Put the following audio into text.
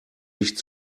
licht